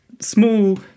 small